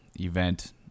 event